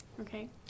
Okay